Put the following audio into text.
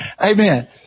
Amen